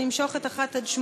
נמשוך את 1 8,